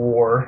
War